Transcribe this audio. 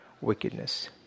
wickedness